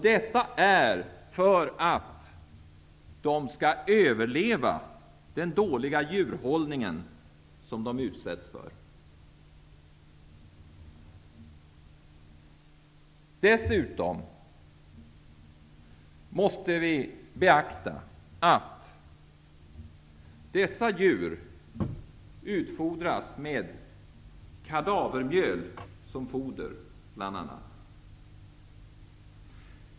Detta sker för att de skall överleva den dåliga djurhållning som de utsätts för. Vi måste dessutom beakta att dessa djur utfodras med kadavermjöl.